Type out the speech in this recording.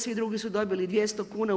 Svi drugi su dobili 200 kuna.